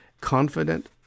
confident